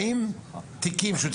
אם כשהם